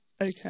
Okay